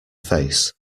face